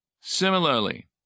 Similarly